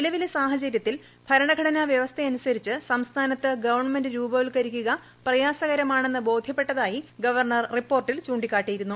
നിലവിലെ സാഹചര്യത്തിൽ ഭരണഘടനാ വൃവസ്ഥയനുസരിച്ച് സംസ്ഥാനത്ത് ഗവൺമെന്റ് രൂപവത്കരിക്കുക പ്രയാസകരമാണെന്ന് ബോധ്യപ്പെട്ടതായി ഗവർണർ റിപ്പോർട്ടിൽ ചൂണ്ടിക്കാട്ടിയിരുന്നു